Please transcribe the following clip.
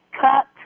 Cut